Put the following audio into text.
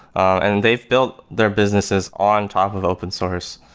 and they've built their businesses on top of open-source.